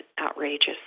outrageous